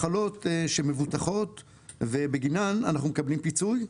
מחלות שמבוטחות ובגינן אנחנו מקבלים פיצוי,